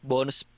Bonus